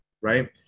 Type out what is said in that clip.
right